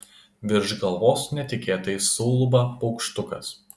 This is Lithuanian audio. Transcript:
virš galvos netikėtai suulba paukštukas